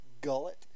gullet